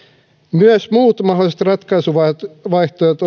myös muut mahdolliset ratkaisuvaihtoehdot